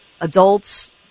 adults